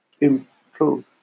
improve